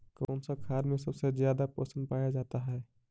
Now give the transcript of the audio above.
कौन सा खाद मे सबसे ज्यादा पोषण पाया जाता है?